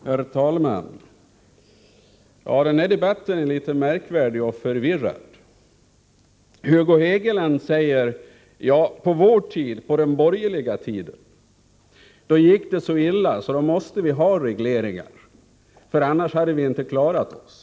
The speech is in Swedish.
Herr talman! Det här är en något märklig och förvirrad debatt. Hugo Hegeland säger: På vår tid, alltså under den borgerliga regeringstiden, gick det så illa att vi måste ha prisregleringar. Annars hade vi inte klarat oss.